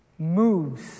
moves